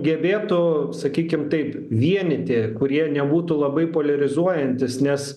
gebėtų sakykim taip vienyti kurie nebūtų labai poliarizuojantys nes